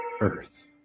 Earth